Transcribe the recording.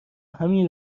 همین